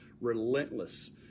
relentless